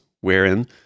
wherein